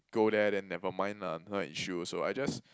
go there then never mind lah not an issue also I just